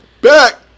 back